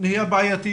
עצימת העיניים.